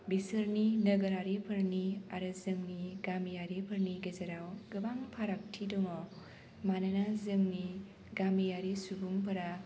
बेसोरनि नोगोरारिफोरनि आरो जोंनि गामियारिफोरनि गेजेराव गोबां फारागथि दङ मानोना जोंनि गामियारि सुबुंफोरा